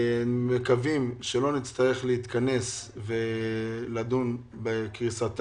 אנחנו מקווים שלא נצטרך להתכנס ולדון בקריסה